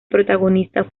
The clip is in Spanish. protagonista